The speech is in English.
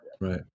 right